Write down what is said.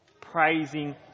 praising